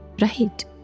Right